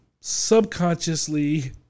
subconsciously